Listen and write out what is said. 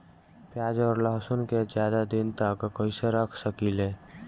प्याज और लहसुन के ज्यादा दिन तक कइसे रख सकिले?